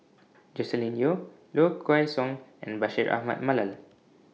Joscelin Yeo Low Kway Song and Bashir Ahmad Mallal